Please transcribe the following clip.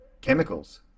chemicals